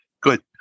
Good